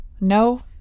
No